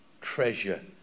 treasure